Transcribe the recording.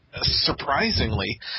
surprisingly